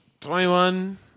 twenty-one